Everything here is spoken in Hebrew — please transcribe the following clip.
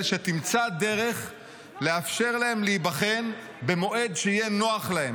שתימצא דרך לאפשר להם להיבחן במועד שיהיה נוח להם.